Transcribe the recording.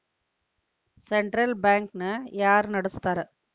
Central bank ನ ಯಾರ್ ನಡಸ್ತಾರ?